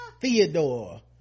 theodore